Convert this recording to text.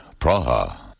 Praha. (